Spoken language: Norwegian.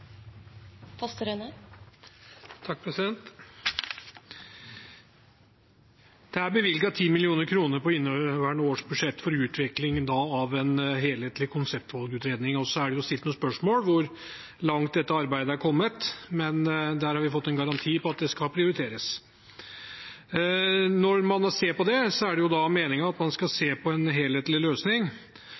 på inneværende års budsjett for utvikling av en helhetlig konseptvalgutredning. Det er stilt noen spørsmål om hvor langt dette arbeidet har kommet, og vi har fått en garanti for at det skal prioriteres. Når man ser på det, er det meningen at man skal se på en helhetlig løsning,